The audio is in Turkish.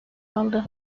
aldı